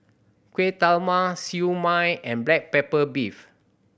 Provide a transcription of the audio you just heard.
kueh Siew Mai and black pepper beef